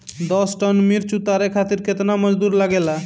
दस टन मिर्च उतारे खातीर केतना मजदुर लागेला?